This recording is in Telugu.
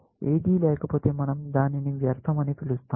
ఏదీ లేకపోతే మనం దానిని వ్యర్థం అని పిలుస్తాము